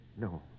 No